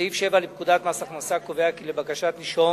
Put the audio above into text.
סעיף 7 לפקודת מס הכנסה קובע כי לבקשת נישום